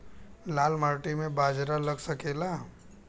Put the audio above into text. लाल माटी मे बाजरा लग सकेला?